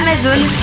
Amazon